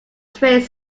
trade